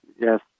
Yes